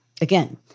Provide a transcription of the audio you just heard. Again